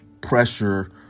pressure